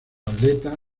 aleta